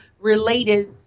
related